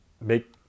make